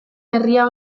herria